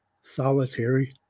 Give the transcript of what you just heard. solitary